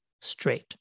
straight